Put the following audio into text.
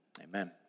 Amen